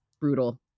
brutal